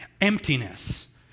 emptiness